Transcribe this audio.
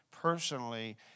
personally